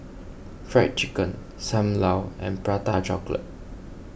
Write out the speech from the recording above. Fried Chicken Sam Lau and Prata Chocolate